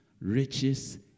riches